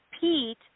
Pete